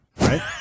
right